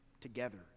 together